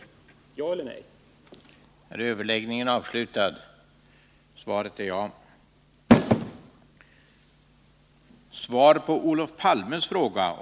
Ja eller nej!